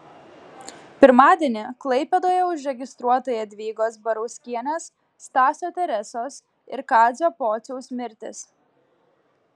pirmadienį klaipėdoje užregistruota jadvygos barauskienės stasio teresos ir kazio pociaus mirtis